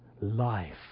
life